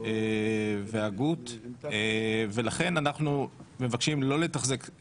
אנחנו מעדיפים להתמקד